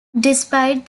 despite